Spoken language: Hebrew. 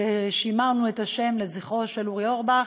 שימרנו את השם לזכרו של אורי אורבך,